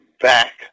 back